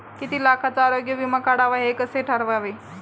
किती लाखाचा आरोग्य विमा काढावा हे कसे ठरवावे?